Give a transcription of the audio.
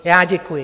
Já děkuji.